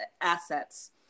assets